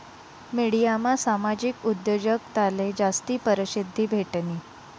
मिडियामा सामाजिक उद्योजकताले जास्ती परशिद्धी भेटनी